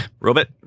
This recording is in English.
robot